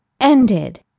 ended